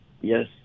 Yes